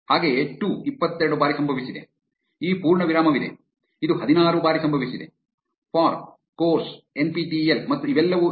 ಹಾಗೆಯೇ to to ಇಪ್ಪತ್ತೆರಡು ಬಾರಿ ಸಂಭವಿಸಿದೆ ಈ ಪೂರ್ಣವಿರಾಮವಿದೆ ಇದು ಹದಿನಾರು ಬಾರಿ ಸಂಭವಿಸಿದೆ for course N P T E L ಮತ್ತು ಇವೆಲ್ಲವೂ